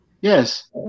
Yes